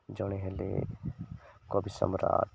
ଜଣେ ହେଲେ କବି ସମ୍ରାଟ